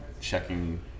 checking